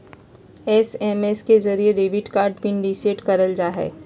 SMS के जरिये debit card PIN reset करल जा हय